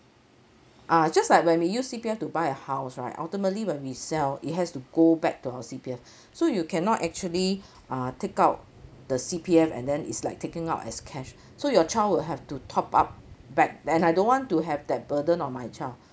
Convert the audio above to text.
ah just like when we use C_P_F to buy a house right ultimately when we sell it has to go back to our C_P_F so you cannot actually uh take out the C_P_F and then is like taking out as cash so your child will have to top up back and I don't want to have that burden on my child